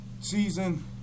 season